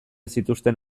zituzten